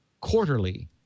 quarterly